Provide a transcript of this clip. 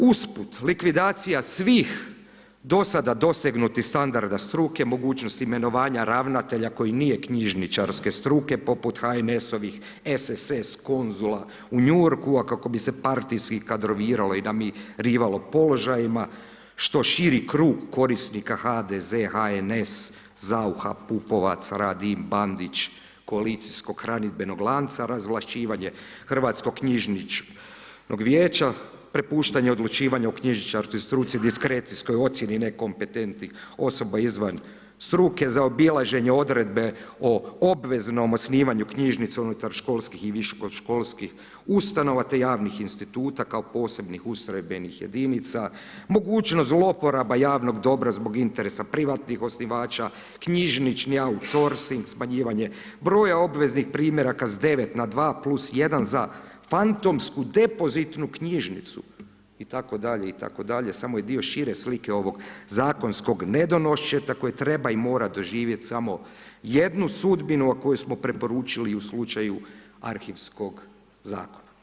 Usput, likvidacija svih do sada dosegnutih standarda struke, mogućnost imenovanja ravnatelja koji nije knjižničarske struke poput HNS-ovih SSS konzula u New Yorku a kako bi se partijski kadroviralo i namirivalo položajima što širi krug korisnika HDZ, HNS, Saucha, Pupovac, Radin, Bandić, koalicijsko hrandibenog lanca, razvlašćivanje hrvatsko-knjižničnog vijeća, prepuštanje odlučivanja o knjižničarskoj struci, diskrecijskoj ocjeni nekompetentnih osoba izvan struke, zaobilaženje odredbe o obveznom osnivanju knjižnica unutar školskih i visokoškolskih ustanova te javnih instituta kao posebnih ustrojbenih jedinica, mogućnost zlouporaba javnog dobra zbog interesa privatnih osnivača, knjižnični outsourcing, smanjivanje broja obveznih primjeraka s 9 na 2 plus 1 za fantomsku depozitnu knjižnicu itd., itd., samo je dio šire slike ovog zakonskog nedonoščeta koje treba i mora doživjeti samo jednu sudbinu a koju smo preporučili i u slučaju arhivskog zakona.